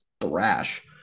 thrash